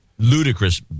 Ludicrous